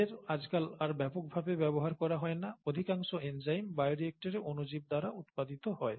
তাদের আজকাল আর ব্যাপকভাবে ব্যবহার করা হয় না অধিকাংশ এনজাইম বায়োরিঅ্যাক্টরে অণুজীব দ্বারা উৎপাদিত হয়